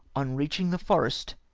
on reaching the forest,